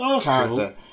Character